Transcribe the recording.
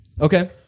Okay